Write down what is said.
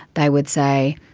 they would say,